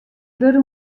der